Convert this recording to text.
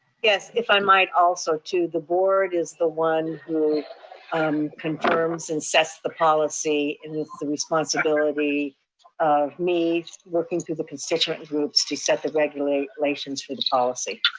yes, if i might also to the board is the one who um confirms and sets the policy and it's the responsibility of me working through the constituent groups to set the regulations for the policy.